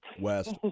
West